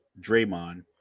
Draymond